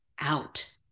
out